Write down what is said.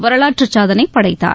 வரலாற்றுச் சாதனை படைத்தார்